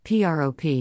PROP